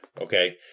Okay